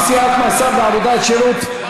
נשיאת מאסר בעבודת שירות),